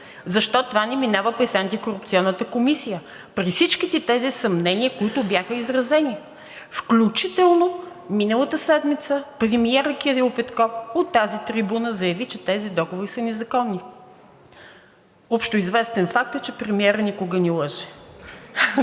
Защо това не минава през Антикорупционната комисия при всичките тези съмнения, които бяха изразени? Включително миналата седмица премиерът Кирил Петков от тази трибуна заяви, че тези договори са незаконни. Общоизвестен факт е, че премиерът никога не лъже.